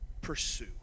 pursue